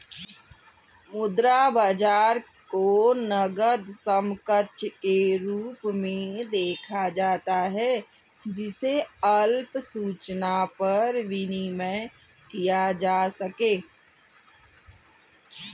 मुद्रा बाजार को नकद समकक्ष के रूप में देखा जाता है जिसे अल्प सूचना पर विनिमेय किया जा सके